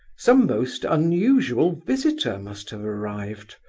some most unusual visitor must have arrived.